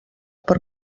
per